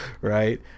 right